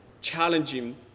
challenging